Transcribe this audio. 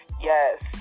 Yes